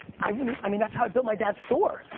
i mean i mean that's how i built my dad's store.